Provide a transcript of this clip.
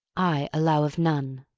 i allow of none.